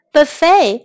Buffet